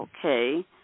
okay